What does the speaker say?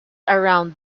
around